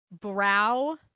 brow